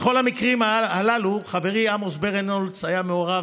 בכל המקרים הללו חברי עמוס ברנהולץ היה מעורב